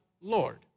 Lord